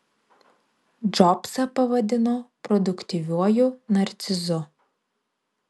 džobsą pavadino produktyviuoju narcizu